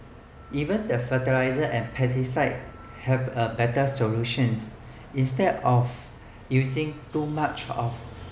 even the fertiliser and pesticide have better solutions instead of using too much of